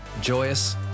joyous